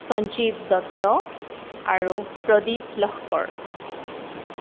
সঞ্জীৱ দত্ত আৰু প্ৰদীপ লহকৰ